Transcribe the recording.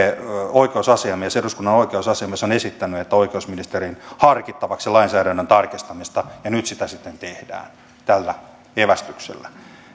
eduskunnan oikeusasiamies on esittänyt oikeusministerin harkittavaksi lainsäädännön tarkistamista ja nyt sitä sitten tehdään tällä evästyksellä